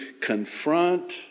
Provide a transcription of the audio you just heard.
confront